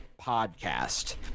podcast